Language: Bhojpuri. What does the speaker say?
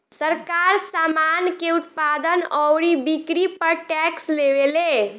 सरकार, सामान के उत्पादन अउरी बिक्री पर टैक्स लेवेले